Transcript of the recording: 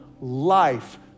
life